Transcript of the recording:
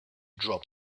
drop